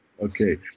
okay